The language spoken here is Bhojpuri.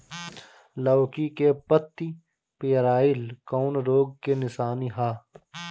लौकी के पत्ति पियराईल कौन रोग के निशानि ह?